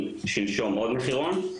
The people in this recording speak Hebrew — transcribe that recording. עוד מחירון.